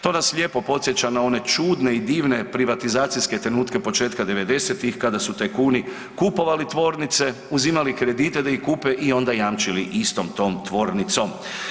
To nas lijepo podsjeća na one čudne i divne privatizacijske trenutke početka devedesetih kada su tajkuni kupovali tvornice, uzimali kredite da ih kupe i onda jamčili istom tom tvornicom.